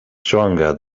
stronger